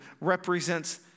represents